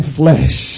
flesh